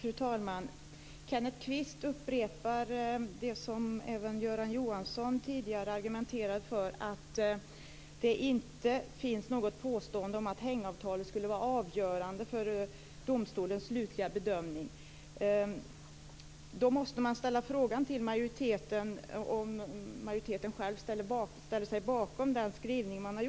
Fru talman! Kenneth Kvist upprepar det som även Göran Magnusson tidigare argumenterat för, att det inte finns något påstående om att hängavtalet skulle ha varit avgörande för domstolens slutliga bedömning. Då måste man ställa frågan om majoriteten själv ställer sig bakom den skrivning man har.